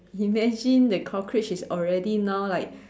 imagine the cockroach is already now like